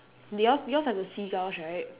yours yours are the seagulls right